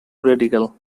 radical